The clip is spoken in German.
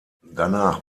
danach